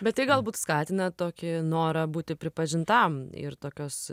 bet tai galbūt skatina tokį norą būti pripažintam ir tokios